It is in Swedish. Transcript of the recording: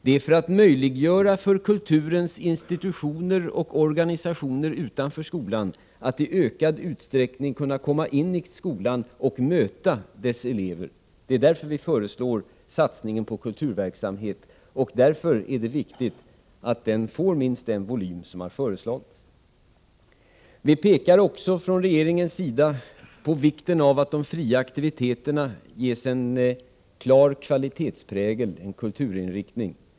Det är för att möjliggöra för kulturens institutioner och organisationer utanför skolan att i ökad utsträckning kunna komma in i skolan och möta dess elever. Det är därför vi föreslår satsningen på kulturverksamhet, och därför är det viktigt att den får minst den volym som har föreslagits. Vi pekar också från regeringens sida på vikten av att de fria aktiviteterna ges en klar kvalitetsprägel och kulturinriktning.